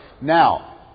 Now